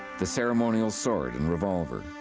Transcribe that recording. the ceremonial sword and revolver.